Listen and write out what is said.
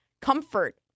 comfort